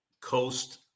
Coast